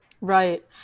Right